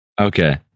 Okay